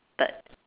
but